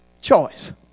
Choice